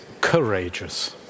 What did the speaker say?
courageous